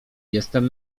jestem